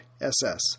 SS